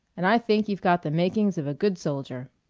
and i think you've got the makings of a good soldier.